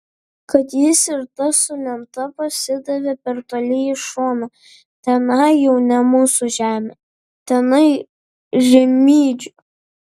kad jis ir tas su lenta pasidavė per toli į šoną tenai jau ne mūsų žemė tenai rimydžio